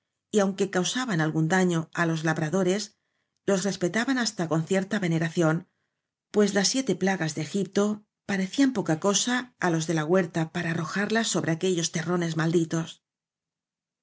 y aunque causaban al gún daño á los labradores los respetaban hasta con cierta veneración pues las siete plagas de egipto parecían poca cosa á los v blasco ibáñez de la huerta para arrojarlas sobre aquellos te rrones malditos